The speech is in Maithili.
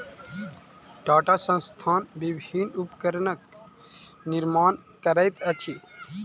टाटा संस्थान विभिन्न उपकरणक निर्माण करैत अछि